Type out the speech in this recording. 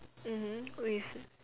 mmhmm with